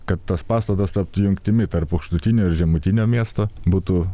kad tas pastatas taptų jungtimi tarp aukštutinio ir žemutinio miesto būtų